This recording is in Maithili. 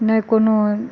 नहि कोनो